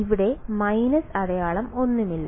ഇവിടെ മൈനസ് അടയാളം ഒന്നുമില്ല